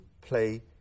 play